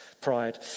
Pride